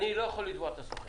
אני לא יכול לתבוע את הסוכן.